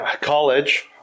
college